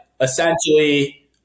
essentially